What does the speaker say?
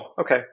okay